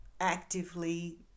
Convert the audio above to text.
actively